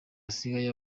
asigaye